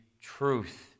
truth